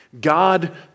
God